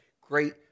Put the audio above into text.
great